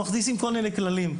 מכניסים כל מיני כללים.